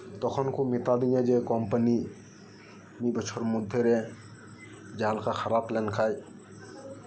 ᱛᱚᱠᱷᱚᱱ ᱠᱚ ᱢᱮᱛᱟ ᱫᱤᱧᱟ ᱡᱮ ᱠᱳᱢᱯᱟᱱᱤ ᱢᱤᱫ ᱵᱚᱪᱷᱚᱨ ᱢᱚᱫᱽᱫᱷᱮᱨᱮ ᱡᱟᱦᱟᱸ ᱞᱮᱠᱟ ᱠᱷᱟᱨᱟᱯ ᱞᱮᱱᱠᱷᱟᱱ